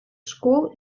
школ